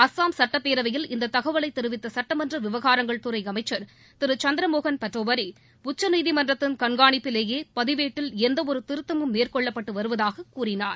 அசாம் சுட்டப் பேரவையில் இத்தகவலைத் தெரிவித்த சுட்டமன்ற விவகாரங்கள்துறை அமைச்சர் திரு சந்திரமோகன் பதோவரி உச்சநீதிமன்றத்தின் கண்காணிப்பிலேயே பதிவேட்டில் எந்தவொரு திருத்தமும் மேற்கொள்ளப்பட்டு வருவதாக கூறினார்